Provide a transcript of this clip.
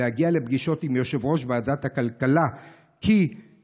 להגיע לפגישות עם יושב-ראש ועדת הכלכלה מיכאל